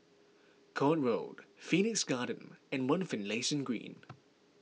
Court Road Phoenix Garden and one Finlayson Green